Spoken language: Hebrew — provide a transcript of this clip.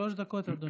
שלוש דקות, אדוני.